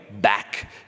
back